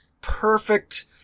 perfect